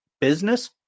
business